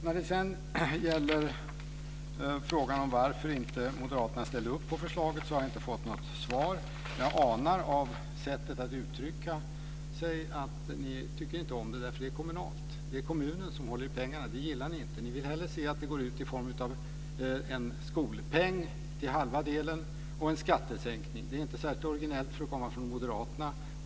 När det sedan gäller frågan om varför Moderaterna inte ställde upp på förslaget har jag inte fått något svar. Jag anar dock av sättet att uttrycka sig att ni inte tycker om det därför att det är kommunalt. Det är kommunen som håller i pengarna, och det gillar ni inte. Ni vill hellre se att de går ut i form av en skolpeng, till halva delen, och en skattesänkning. Det är inte särskilt originellt för att komma från Moderaterna.